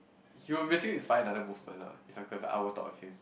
he would basically inspire another movement ah if I could I would have thought of him